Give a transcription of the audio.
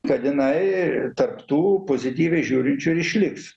kad jinai tarp tų pozityviai žiūrinčių ir išliks